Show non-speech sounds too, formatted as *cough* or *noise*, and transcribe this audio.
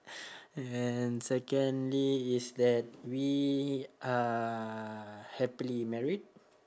*breath* and secondly is that we are happily married